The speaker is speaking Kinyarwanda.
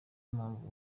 mpamvu